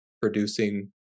producing